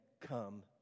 come